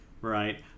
right